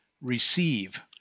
receive